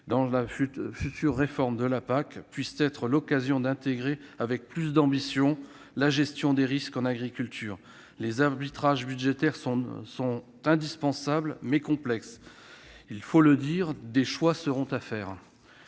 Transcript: sur la réforme de la PAC puissent être l'occasion d'intégrer avec plus d'ambition la gestion des risques en agriculture. Les arbitrages budgétaires sont indispensables, mais complexes. Il faut le dire : des choix seront à faire,